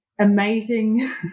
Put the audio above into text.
amazing